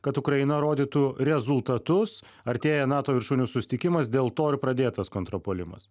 kad ukraina rodytų rezultatus artėja nato viršūnių susitikimas dėl to ir pradėtas kontrpuolimas